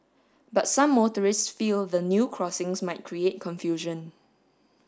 but some motorists feel the new crossings might create confusion